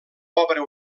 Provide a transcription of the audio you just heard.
obra